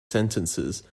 sentences